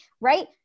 right